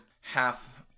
half